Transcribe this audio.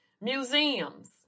museums